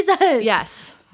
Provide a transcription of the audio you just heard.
Yes